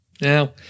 Now